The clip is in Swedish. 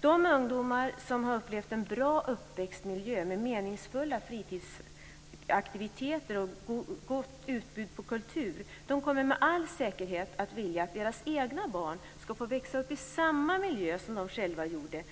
De ungdomar som har upplevt en bra uppväxtmiljö med meningsfulla fritidsaktiviteter och ett gott kulturutbud kommer med all säkerhet att vilja att deras egna barn ska få växa upp i samma miljö som de själva gjorde.